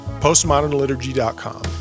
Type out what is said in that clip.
postmodernliturgy.com